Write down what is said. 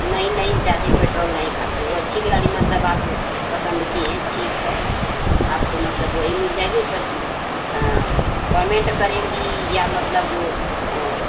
नहीं नहीं ज़्यादा पेट्रोल नहीं खाती है वह अच्छी गाड़ी मतलब आप पसंद की हैं ठीक है आपको मतलब वही मिल जाएगी तब हाँ परमेंट करेंगी या मतलब